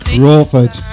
Crawford